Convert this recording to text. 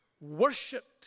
worshipped